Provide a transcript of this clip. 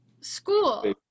school